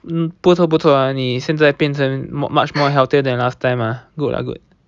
嗯不错不错你现在变成 much more healthier than last time ah good lah good